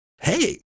Hey